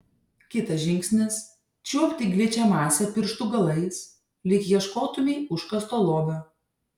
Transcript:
kitas žingsnis čiuopti gličią masę pirštų galais lyg ieškotumei užkasto lobio